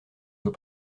soit